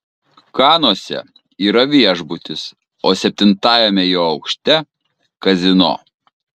kanuose yra viešbutis o septintajame jo aukšte kazino